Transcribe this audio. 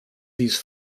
these